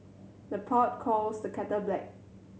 the pot calls the kettle black